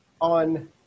On